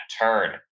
turn